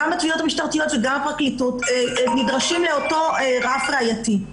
גם התביעות המשטרתיות וגם הפרקליטות נדרשים לאותו רף ראייתי.